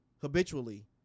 habitually